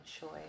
choice